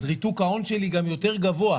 אז ריתוק ההון שלי גם יותר גבוה,